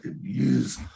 use